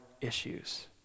issues